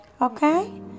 Okay